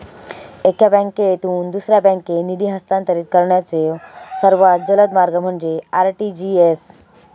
एका बँकेतून दुसऱ्या बँकेत निधी हस्तांतरित करण्याचो सर्वात जलद मार्ग म्हणजे आर.टी.जी.एस